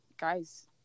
guys